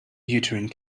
uterine